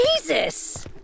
Jesus